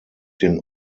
den